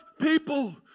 people